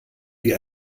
wie